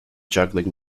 juggling